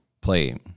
play